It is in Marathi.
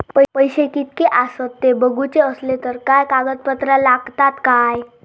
पैशे कीतके आसत ते बघुचे असले तर काय कागद पत्रा लागतात काय?